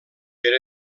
per